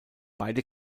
beide